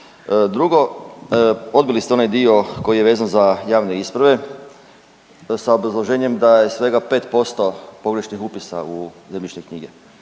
Drugo, odbili ste onaj dio koji je vezan za javne isprave sa obrazloženjem da je svega 5% pogrešnih upisa u zemljišne knjige.